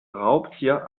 raubtier